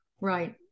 Right